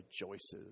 rejoices